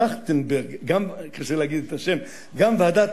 טרכטנברג, קשה להגיד את השם, גם ועדת